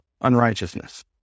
unrighteousness